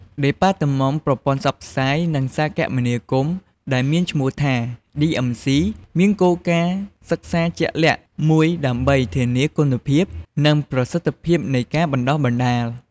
ដេប៉ាតឺម៉ង់ប្រព័ន្ធផ្សព្វផ្សាយ និងសារគមនាគមន៍ ដែលមានឈ្មោះថា ឌីអឹមស៊ី (DMC) មានគោលការណ៍សិក្សាជាក់លាក់មួយដើម្បីធានាគុណភាព និងប្រសិទ្ធភាពនៃការបណ្ដុះបណ្ដាល។